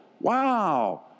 wow